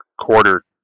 quarter